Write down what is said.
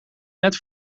net